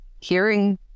hearing